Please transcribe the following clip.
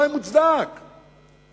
אולי מוצדק,